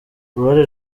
uruhare